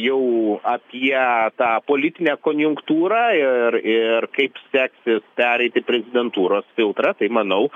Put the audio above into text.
jau apie tą politinę konjunktūrą ir ir kaip seksis pereiti prezidentūros filtrą tai manau